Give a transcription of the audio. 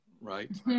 right